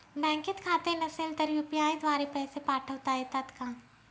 बँकेत खाते नसेल तर यू.पी.आय द्वारे पैसे पाठवता येतात का?